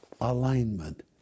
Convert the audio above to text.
alignment